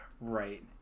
right